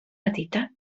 petita